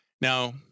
Now